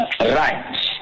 Right